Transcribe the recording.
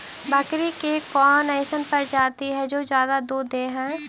बकरी के कौन अइसन प्रजाति हई जो ज्यादा दूध दे हई?